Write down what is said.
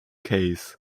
case